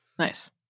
Nice